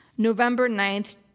november ninth,